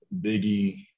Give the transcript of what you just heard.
Biggie